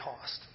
cost